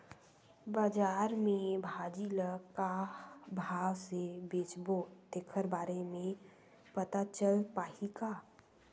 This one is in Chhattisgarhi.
बजार में भाजी ल का भाव से बेचबो तेखर बारे में पता चल पाही का?